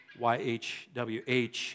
YHWH